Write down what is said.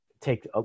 take